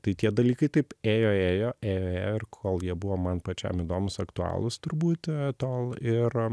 tai tie dalykai taip ėjo ėjo ėjo ėjo ir kol jie buvo man pačiam įdomūs aktualūs turbūt tol ir